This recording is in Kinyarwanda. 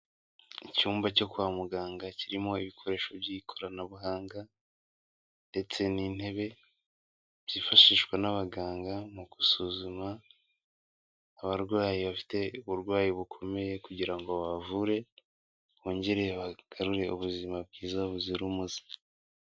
Icyumba cyo kwa muganga kirimo ibikoresho by'ikoranabuhanga ndetse n'intebe, byifashishwa n'abaganga mu gusuzuma abarwayi bafite uburwayi bukomeye kugira ngo babavure bongere bagarure ubuzima bwiza buzira umuze.